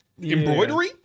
Embroidery